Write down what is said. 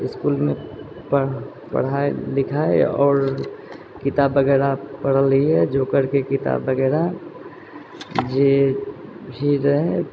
इसकुलमे पढ़ाइ लिखाइ आओर किताब वगैरह पढ़ल रहियै जोकरके किताब वगैरह जे भी रहै